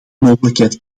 mogelijkheid